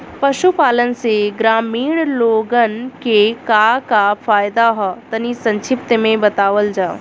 पशुपालन से ग्रामीण लोगन के का का फायदा ह तनि संक्षिप्त में बतावल जा?